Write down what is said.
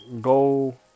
go